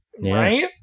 Right